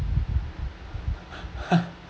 oh